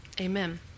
Amen